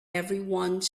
everyone